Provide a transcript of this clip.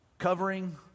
covering